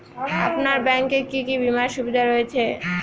আপনার ব্যাংকে কি কি বিমার সুবিধা রয়েছে?